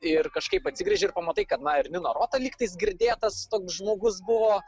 ir kažkaip atsigręži ir pamatai kad na ir nino roto lyg tais girdėtas toks žmogus buvo